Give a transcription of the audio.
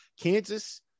Kansas